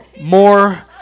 more